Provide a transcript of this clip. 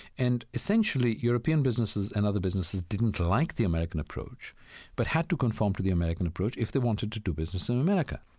and, essentially, european businesses and other businesses didn't like the american approach but had to conform to the american approach if they wanted to do business in america.